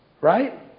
right